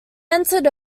entered